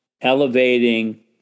elevating